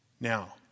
Now